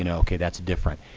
and ok, that's different.